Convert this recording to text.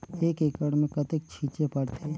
एक एकड़ मे कतेक छीचे पड़थे?